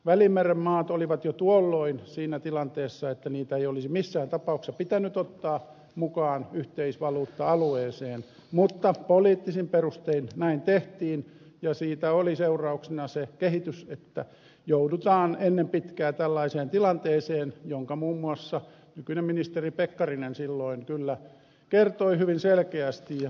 välimeren maat olivat jo tuolloin siinä tilanteessa että niitä ei olisi missään tapauksessa pitänyt ottaa mukaan yhteisvaluutta alueeseen mutta poliittisin perustein näin tehtiin ja siitä oli seurauksena se kehitys että joudutaan ennen pitkää tällaiseen tilanteeseen jonka muun muassa nykyinen ministeri pekkarinen silloin kyllä kertoi hyvin selkeästi